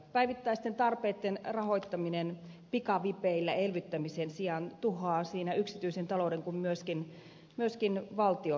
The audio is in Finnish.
päivittäisten tarpeitten rahoittaminen pikavipeillä elvyttämisen sijaan tuhoaa niin yksityisen talouden kuin myöskin valtion budjetin